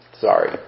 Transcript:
Sorry